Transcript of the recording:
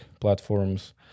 platforms